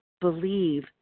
believe